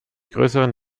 größeren